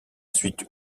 suite